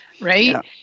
right